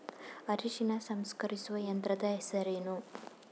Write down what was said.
ಅರಿಶಿನ ಸಂಸ್ಕರಿಸುವ ಯಂತ್ರದ ಹೆಸರೇನು?